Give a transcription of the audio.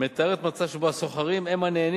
מתארות מצב שבו הסוחרים הם הנהנים